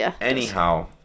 Anyhow